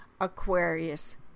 aquarius